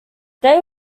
dave